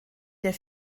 der